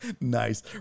Nice